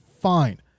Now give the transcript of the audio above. Fine